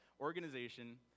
organization